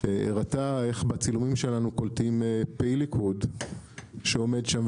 הראתה איך בצילומים שלנו קולטים פעיל ליכוד שעומד שם,